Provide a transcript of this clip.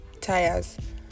tires